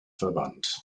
verwandt